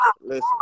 Listen